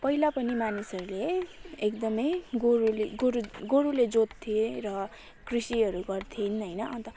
पहिला पनि मानिसहरूले एकदमै गोरुले गोरु गोरुले जोत्थे र कृषिहरू गर्थे होइन अन्त